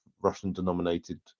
Russian-denominated